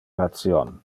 ration